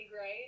right